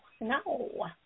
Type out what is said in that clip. no